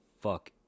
fuck